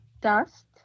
dust